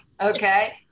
Okay